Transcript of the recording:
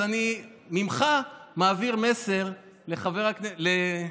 אז ממך אני מעביר מסר לחבר הכנסת, האמת,